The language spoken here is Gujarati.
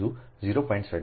75 છે તે આ પણ 0